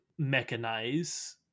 mechanize